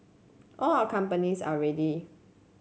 all our companies are ready